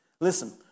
Listen